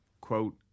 quote